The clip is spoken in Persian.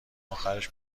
آخرش